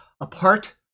apart